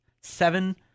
seven